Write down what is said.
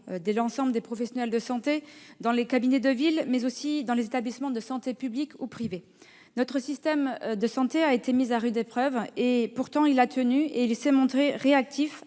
de l'ensemble des professionnels de santé, dans les cabinets de ville, mais aussi dans les établissements de santé, qu'ils soient publics ou privés. Notre système de santé a été mis à rude épreuve. Pourtant, il a tenu et s'est montré réactif,